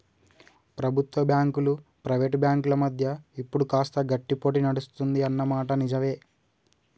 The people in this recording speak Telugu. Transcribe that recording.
ప్రభుత్వ బ్యాంకులు ప్రైవేట్ బ్యాంకుల మధ్య ఇప్పుడు కాస్త గట్టి పోటీ నడుస్తుంది అన్న మాట నిజవే